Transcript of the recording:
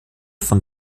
von